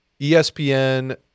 ESPN